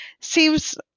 seems